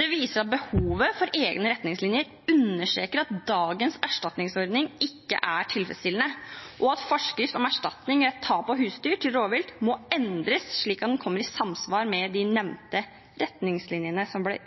Det viste behovet for egne retningslinjer, understreket at dagens erstatningsordning ikke er tilfredsstillende, og at forskrift om erstatning etter tap av husdyr til rovvilt må endres, slik at den kommer i samsvar med de nevnte retningslinjene som ble